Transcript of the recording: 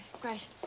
Great